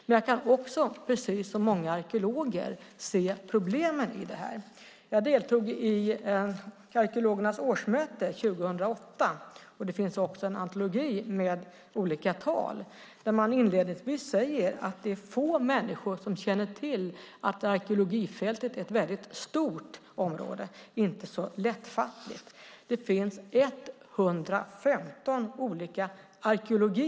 Men jag kan också, precis som många arkeologer, se problemen i detta. Jag deltog i arkeologernas årsmöte 2008. Det finns också en antologi med olika tal där man inledningsvis säger att det är få människor som känner till att arkeologifältet är ett väldigt stort, och inte så lättfattligt, område. Det finns 115 olika arkeologier.